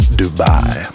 dubai